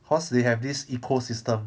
horse they have this ecosystem